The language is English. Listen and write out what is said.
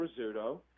Rizzuto